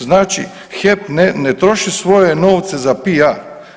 Znači HEP ne troši svoje novce za PR.